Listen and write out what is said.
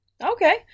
Okay